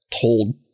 told